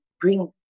bring